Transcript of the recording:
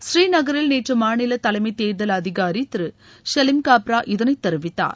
ஸ்ரீநகரில் நேற்று மாநில தலைமை தேர்தல் அதிகாரி திரு ஷலீம் காப்ரா இதனை தெரிவித்தார்